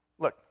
Look